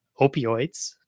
opioids